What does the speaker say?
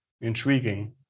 intriguing